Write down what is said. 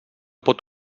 pot